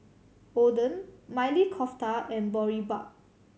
Oden Maili Kofta and Boribap